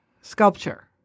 sculpture